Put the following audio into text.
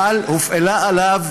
הופעל עליו